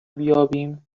بیابیم